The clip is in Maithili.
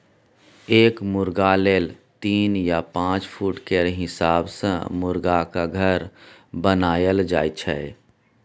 एक मुरगा लेल तीन या पाँच फुट केर हिसाब सँ मुरगाक घर बनाएल जाइ छै